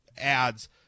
ads